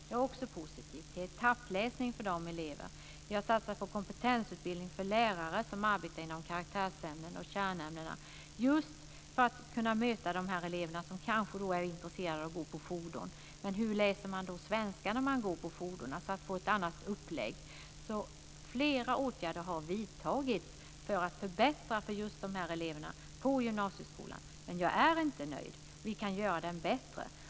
Jag är också positiv till etappläsning för vissa elever. Vi har satsat på kompetensutbildning för lärare som arbetar inom karaktärsämnen och kärnämnen just för att de ska kunna möta de elever som kanske är intresserade av fordonsprogrammet. Men hur läser man svenska när man går på detta program? Det gäller alltså att få ett annat upplägg. Flera åtgärder har alltså vidtagits för att förbättra för just dessa elever i gymnasieskolan. Men jag är inte nöjd. Vi kan göra gymnasieskolan bättre.